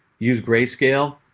use grayscale.